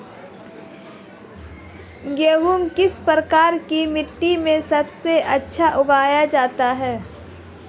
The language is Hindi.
गेहूँ किस प्रकार की मिट्टी में सबसे अच्छा उगाया जाता है?